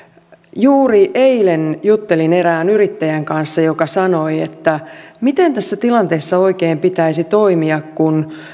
juuri eilen juttelin erään yrittäjän kanssa joka sanoi että miten tässä tilanteessa oikein pitäisi toimia kun